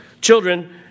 children